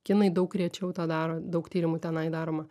kinai daug rečiau tą daro daug tyrimų tenai daroma